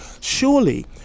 surely